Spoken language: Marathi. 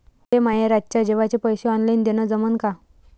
मले माये रातच्या जेवाचे पैसे ऑनलाईन देणं जमन का?